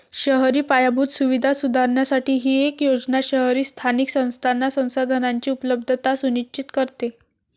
शहरी पायाभूत सुविधा सुधारण्यासाठी ही योजना शहरी स्थानिक संस्थांना संसाधनांची उपलब्धता सुनिश्चित करते